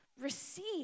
Receive